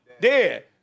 Dead